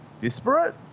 disparate